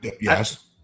Yes